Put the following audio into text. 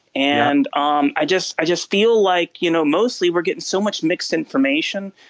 and um i just i just feel like, you know, mostly we're getting so much mixed information